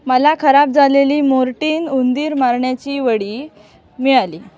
मला खराब झालेली मोर्टीन उंदीर मारण्याची वडी मिळाली